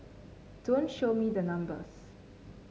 don't show me the numbers